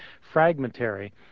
fragmentary